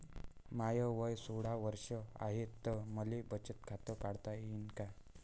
माय वय सोळा वर्ष हाय त मले बचत खात काढता येईन का?